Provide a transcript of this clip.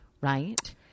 Right